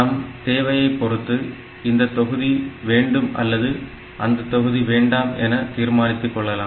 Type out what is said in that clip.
நம் தேவையைப் பொறுத்து இந்த தொகுதி வேண்டும் அல்லது அந்த தொகுதி வேண்டாம் என தீர்மானித்துக் கொள்ளலாம்